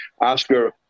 Oscar